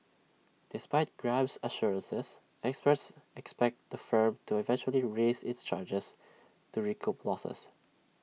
despite grab's assurances experts expect the firm to eventually raise its charges to recoup losses